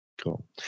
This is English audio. Cool